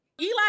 Eli